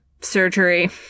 surgery